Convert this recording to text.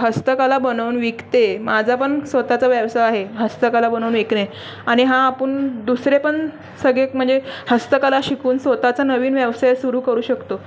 हस्तकला बनवून विकते माझा पण स्वत चा व्यवसाय आहे हस्तकला बनवून विकणे आणि हा आपण दुसरे पण सगळे म्हणजे हस्तकला शिकून स्वत चा नवीन व्यवसाय सुरू करू शकतो